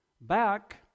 Back